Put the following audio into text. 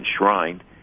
enshrined